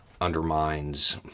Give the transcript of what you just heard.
undermines